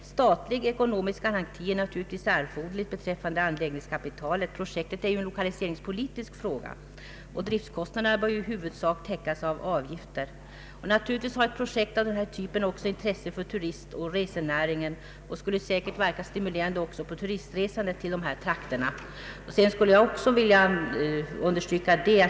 Statlig ekonomisk garanti är naturligtvis erforderlig beträffande anläggningskapitalet. Projektet är ju en lokaliseringspolitisk fråga. Driftskostnaderna bör i huvudsak täckas av avgifter. Naturligtvis har ett projekt av denna typ också intresse för turistoch resenäringen och skulle säkert verka stimulerande på turistresandet till dessa trakter.